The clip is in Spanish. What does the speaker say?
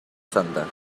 santa